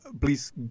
please